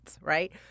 Right